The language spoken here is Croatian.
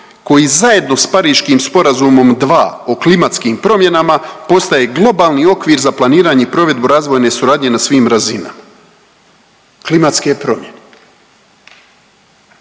koji zajedno s Pariškim sporazumom 2 o klimatskim promjenama postaje globalni okvir za planiranje i provedbu razvojne suradnje na svim razinama. Klimatske promjene.